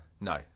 No